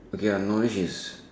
okay ah knowledge is